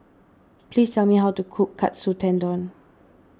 please tell me how to cook Katsu Tendon